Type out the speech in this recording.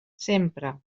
sempre